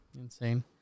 Insane